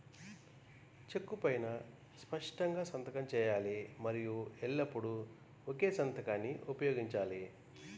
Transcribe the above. చెక్కు పైనా స్పష్టంగా సంతకం చేయాలి మరియు ఎల్లప్పుడూ ఒకే సంతకాన్ని ఉపయోగించాలి